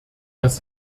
dass